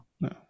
no